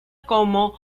como